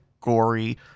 gory